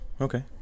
okay